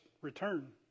return